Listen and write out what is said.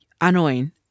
annoying